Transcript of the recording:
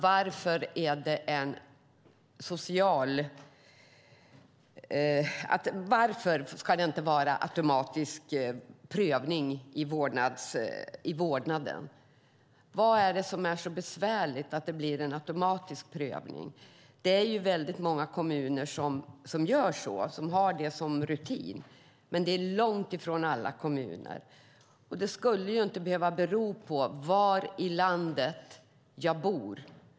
Varför ska det inte vara automatisk prövning av vårdnaden? Vad är det som är så besvärligt med att det blir en automatisk prövning? Det är väldigt många kommuner som har det som rutin, men det är långt ifrån alla kommuner. Det skulle inte behöva bero på var i landet jag bor.